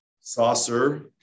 Saucer